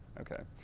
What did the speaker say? okay.